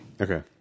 Okay